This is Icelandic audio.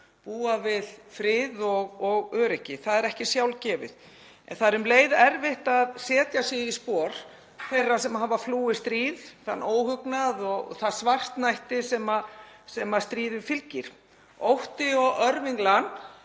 búa við frið og öryggi. Það er ekki sjálfgefið. En það er um leið erfitt að setja sig í spor þeirra sem hafa flúið stríð, þann óhugnað og það svartnætti sem stríðinu fylgir. Ótti og örvilnan